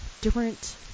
different